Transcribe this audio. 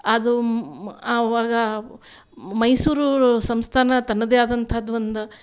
ಅದು ಮ ಅವಾಗ ಮೈಸೂರು ಸಂಸ್ಥಾನ ತನ್ನದೇ ಆದಂಥದ್ದು ಒಂದು